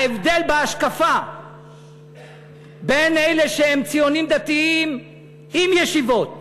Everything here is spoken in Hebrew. ההבדל בהשקפה בין אלה שהם ציונים דתיים עם ישיבות